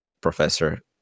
professor